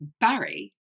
Barry